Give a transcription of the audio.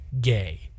gay